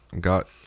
got